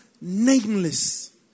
nameless